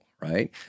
right